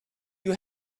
you